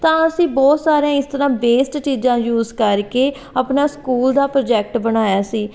ਤਾਂ ਅਸੀਂ ਬਹੁਤ ਸਾਰੇ ਇਸ ਤਰ੍ਹਾਂ ਵੇਸਟ ਚੀਜ਼ਾਂ ਯੂਜ ਕਰਕੇ ਆਪਣਾ ਸਕੂਲ ਦਾ ਪ੍ਰੋਜੈਕਟ ਬਣਾਇਆ ਸੀ